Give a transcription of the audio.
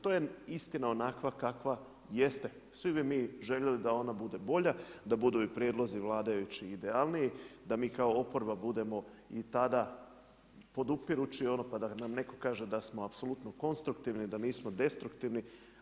To je istina onakva kakva jeste, svi bi mi željeli da ona bude bolja, da budu prijedlozi vladajućih idealniji, da mi kao oporba budemo i tada podupirući pa da nam netko kaže da smo apsolutno konstruktivni, da nismo destruktivni.